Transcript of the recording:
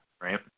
right